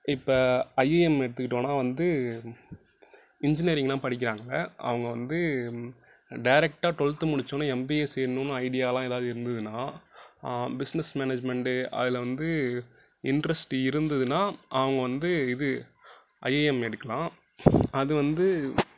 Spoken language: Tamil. இப்போ ஐஏஎம் எடுத்துக்கிட்டோம்னா வந்து இன்ஜினியரிங்லாம் படிக்கிறாங்க அவங்க வந்து டேரெக்டாக டுவெல்த் முடிச்சோடன எம்பிஎ சேரணுனு ஐடியாலாம் எதாவது இருந்துதுனால் பிஸ்னஸ் மேனேஜ்மென்ட் அதில் வந்து இன்ட்ரஸ்ட் இருந்துதுன்னால் அவங்க வந்து இது ஐஏஎம் எடுக்கலாம் அது வந்து